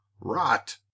rot